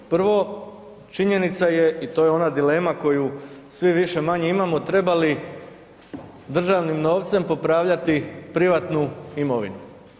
Prvo, činjenica je i to je ona dilema koju svi više-manje imamo treba li državnim novcem popravljati privatnu imovinu?